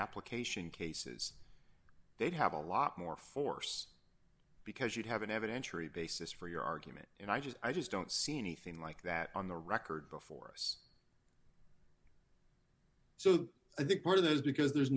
application cases they'd have a lot more force because you'd have an evidentiary basis for your argument and i just i just don't see anything like that on the record before us so i think part of that is because there's